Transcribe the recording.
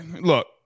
Look